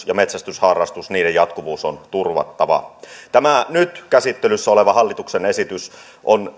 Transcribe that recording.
ja metsästysharrastuksen jatkuvuus on turvattava nyt käsittelyssä oleva hallituksen esitys on